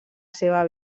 seva